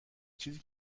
چیزی